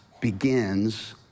begins